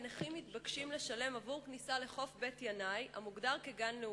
נכים מתבקשים לשלם עבור כניסה לחוף בית-ינאי המוגדר כ"גן לאומי".